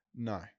No